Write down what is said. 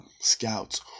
scouts